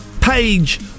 page